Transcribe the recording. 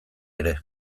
ere